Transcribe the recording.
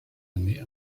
années